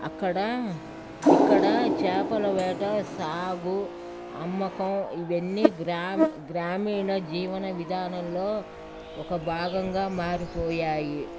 అక్కడ ఇక్కడ చేపల వేట సాగు అమ్మకం ఇవన్నీ గ్రా గ్రామీణ జీవన విధానంలో ఒక భాగంగా మారిపోయాయి